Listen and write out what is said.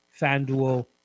FanDuel